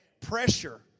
Pressure